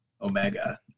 Omega